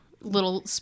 little